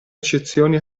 eccezioni